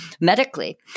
medically